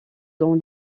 dans